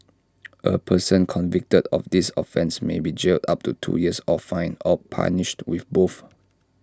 A person convicted of this offence may be jailed up to two years or fined or punished with both